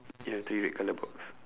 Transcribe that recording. ya three red colour box